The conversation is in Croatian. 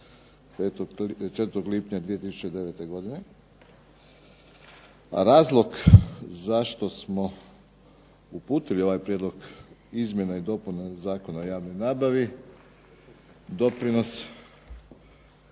4. lipnja 2009. godine, a razlog zašto smo uputili ovaj Prijedlog izmjena i dopuna Zakona o javnoj nabavi doprinos